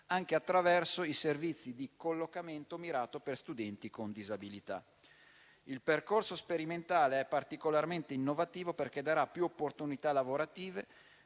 anche attraverso i servizi di collocamento mirato per studenti con disabilità. Il percorso sperimentale è particolarmente innovativo, perché darà più opportunità lavorative